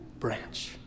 branch